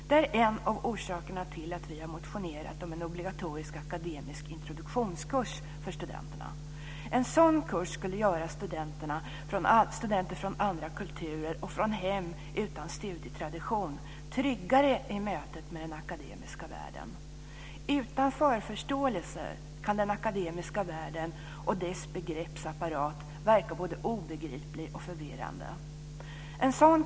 Det är en av orsakerna till att vi har motionerat om en obligatorisk akademisk introduktionskurs för studenterna. En sådan kurs skulle göra studenter från andra kulturer och från hem utan studietradition tryggare i mötet med den akademiska världen. Utan förförståelse kan den akademiska världen och dess begreppsapparat verka både obegriplig och förvirrande.